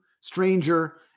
stranger